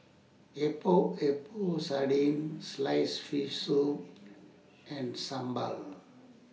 Epok Epok Sardin Sliced Fish Soup and Sambal